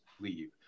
leave